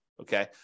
Okay